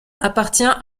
appartient